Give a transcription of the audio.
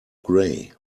gray